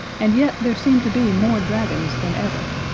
and yet there seemed to be more dragons than ever.